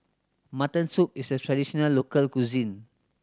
mutton soup is a traditional local cuisine